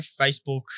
Facebook